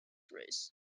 rays